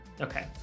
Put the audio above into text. okay